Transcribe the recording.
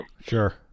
Sure